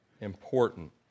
important